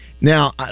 Now